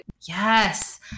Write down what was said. Yes